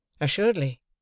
Assuredly